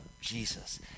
Jesus